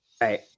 Right